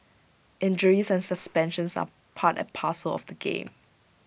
injuries and suspensions are part and parcel of the game